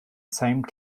same